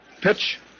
pitch